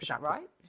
right